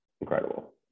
incredible